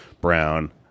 Brown